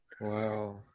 wow